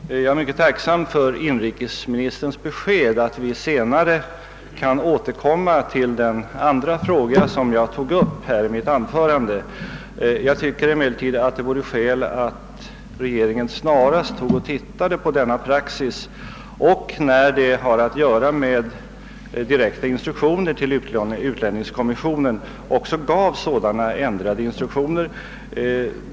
Herr talman! Jag är mycket tacksam för inrikesministerns besked att vi senare kan återkomma till den andra fråga som jag tog upp i mitt anförande. Jag tycker emellertid att det vore skäl i att regeringen snarast såg på denna praxis och om så erfordras också gav ändrade instruktioner till utlänningskommissionen om ändring.